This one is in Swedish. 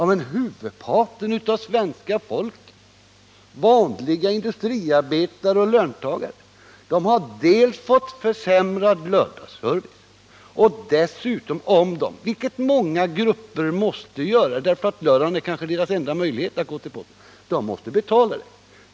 Men huvudparten av svenska folket — vanliga industriarbetare och löntagare — har fått försämrad och fördyrad lördagsservice. Dessa grupper måste betala extra om de går till posten på en lördag, vilket många måste göra därför att denna dag kanske är deras enda möjlighet till det.